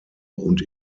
und